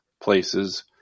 places